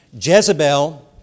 Jezebel